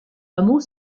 hameau